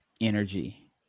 energy